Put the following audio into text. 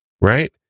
right